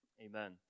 amen